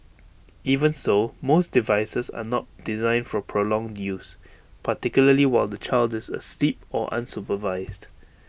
even so most devices are not designed for prolonged use particularly while the child is asleep or unsupervised